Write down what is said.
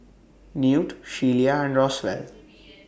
Newt Shelia and Roswell